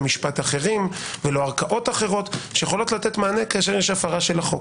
משפט אחרים ולא ערכאות אחרות שיכולות לתת מענה כשיש הפרה של החוק.